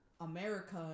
America